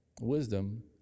Wisdom